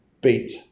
beat